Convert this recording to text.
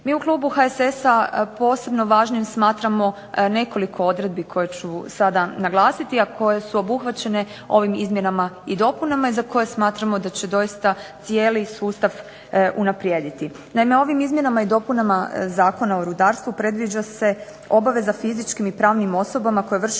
Mi u klubu HSS-a posebno važnim smatramo nekoliko odredbi koje ću sada naglasiti, a koje su obuhvaćene ovim izmjenama i dopunama i za koje smatramo da će doista cijeli sustav unaprijediti. Naime, ovim izmjenama i dopunama Zakona o rudarstvu predviđa se obaveza fizičkim i pravnim osobama koje vrše